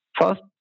first